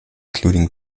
including